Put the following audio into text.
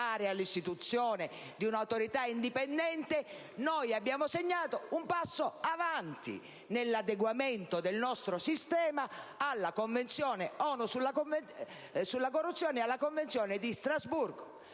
all'istituzione di un'autorità indipendente), abbiamo segnato un passo avanti nell'adeguamento del nostro sistema alla Convenzione ONU sulla corruzione e alla Convenzione di Strasburgo.